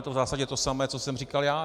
Je to v zásadě to samé, co jsem říkal já.